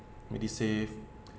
MediSave